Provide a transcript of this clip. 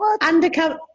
Undercover